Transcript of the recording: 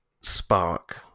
spark